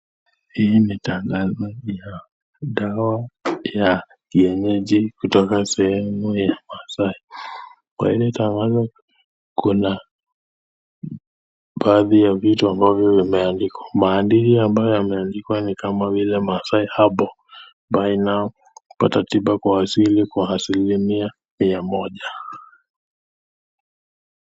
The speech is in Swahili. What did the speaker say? Hii ni tangazo ya dawa ya kienyeji kutoka sehemu ya maasai, kwa hili tangazo kuna baadhi ya vitu ambavyo vimeandikwa , maandishi ambayo yameandikwa nikama vile Masai Herbal pata tiba ya asili kwa asilimia mia moja.